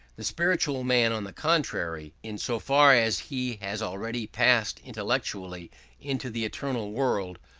the spiritual man, on the contrary, in so far as he has already passed intellectually into the eternal world,